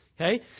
okay